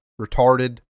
retarded